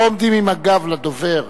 לא עומדים עם הגב לדובר,